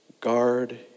guard